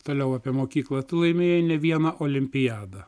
toliau apie mokyklą tu laimėjai ne vieną olimpiadą